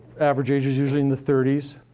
average age is usually in the thirty s.